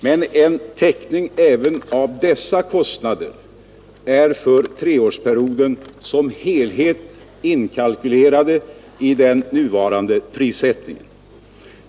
Men en täckning även av dessa kostnader är för treårsperioden som helhet inkalkylerad i den nuvarande prissättningen.